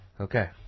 Okay